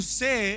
say